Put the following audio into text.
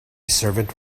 servant